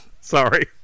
sorry